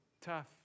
tough